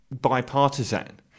bipartisan